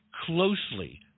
closely